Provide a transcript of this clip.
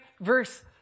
verse